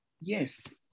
Yes